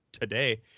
today